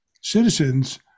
citizens